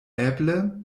eble